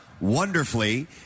wonderfully